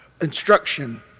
instruction